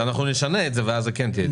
כשנשנה את זה אז כן יהיה.